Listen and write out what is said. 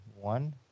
one